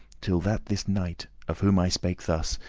till that this knight, of whom i spake thus,